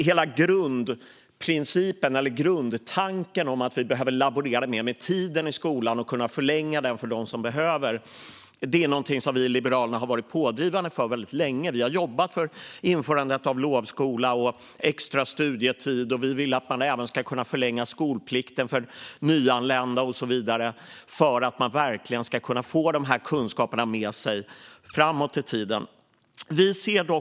Hela grundtanken om att vi behöver laborera mer med tiden i skolan och kunna förlänga den för dem som behöver det har vi från Liberalerna varit pådrivande för väldigt länge. Vi har jobbat för införandet av lovskola och extra studietid. Vi vill även att det ska gå att förlänga skolplikten för nyanlända och så vidare för att man verkligen ska kunna få de här kunskaperna med sig framåt i tiden. Fru talman!